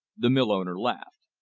the mill-owner laughed.